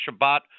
Shabbat